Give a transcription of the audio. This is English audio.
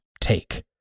take